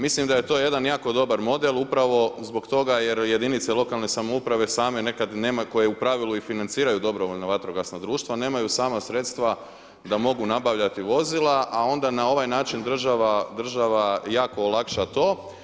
Mislim da je to jedan jako dobar model upravo zbog toga jer jedinice lokalne samouprave same nekad koje u pravilu i financiraju dobrovoljo vatrogasno društvo nemaju sama sredstva da mogu nabavljati vozila a onda na ovaj način država jako olakšava to.